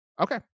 Okay